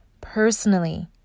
personally